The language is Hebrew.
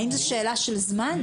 האם זו שאלה של זמן?